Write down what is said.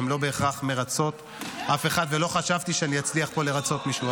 הן לא בהכרח מרצות אף אחד ולא חשבתי שאני אצליח פה לרצות מישהו,